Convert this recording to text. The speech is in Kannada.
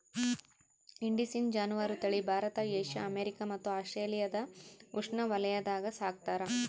ಇಂಡಿಸಿನ್ ಜಾನುವಾರು ತಳಿ ಭಾರತ ಏಷ್ಯಾ ಅಮೇರಿಕಾ ಮತ್ತು ಆಸ್ಟ್ರೇಲಿಯಾದ ಉಷ್ಣವಲಯಾಗ ಸಾಕ್ತಾರ